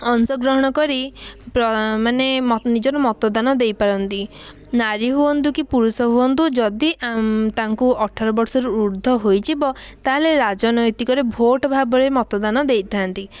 ଅଂଶଗ୍ରହଣ କରି ପ୍ର ମାନେ ନିଜର ମତଦାନ ଦେଇପାରନ୍ତି ନାରୀ ହୁଅନ୍ତୁ କି ପୁରୁଷ ହୁଅନ୍ତୁ ଯଦି ତାଙ୍କୁ ଅଠର ବର୍ଷରୁ ଉର୍ଦ୍ଧ୍ଵ ହୋଇଯିବ ତାହାହେଲେ ରାଜନୈତିକରେ ଭୋଟ୍ ଭାବରେ ମତଦାନ ଦେଇଥାନ୍ତି